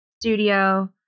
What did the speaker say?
studio